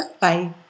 Bye